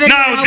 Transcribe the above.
Now